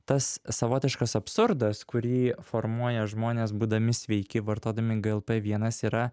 tas savotiškas absurdas kurį formuoja žmonės būdami sveiki vartodami glp vienas yra